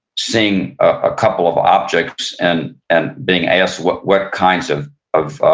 seeing a couple of objects and and being asked what what kinds of of